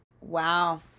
wow